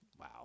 Wow